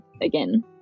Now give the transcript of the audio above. again